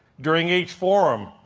during each forum,